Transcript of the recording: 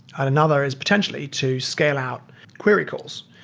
and another is potentially to scale out query calls.